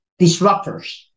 disruptors